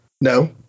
No